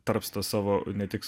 tarpsta savo ne tik